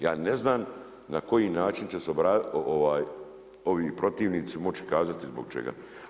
Ja ne znam na koji način će ovi protivnici moći kazati zbog čega.